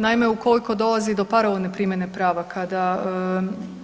Naime, ukoliko dolazi do paralelne primjene prava kada